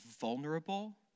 vulnerable